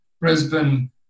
Brisbane